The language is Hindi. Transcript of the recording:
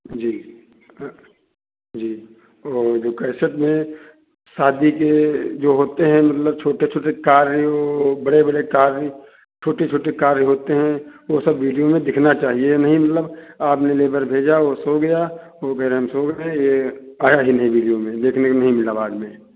जी जी और कैसेट में शादी के जो होते हैं मतलब छोटे छोटे कार्य बड़े बड़े कार्य छोटे छोटे कार्य होते हैं वो सब वीडियो में दिखना चाहिए ये नहीं कि मतलब आपने लेबर भेजा वो सो गया वो कह रहा है हम सो गए ये आया ही नही वीडियो मे देखने को नही मिला बाद में